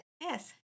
yes